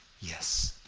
yes,